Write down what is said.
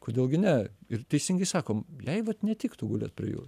kodėl gi ne ir teisingai sako jai vat netiktų gulėt prie jūr